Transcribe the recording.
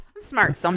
Smart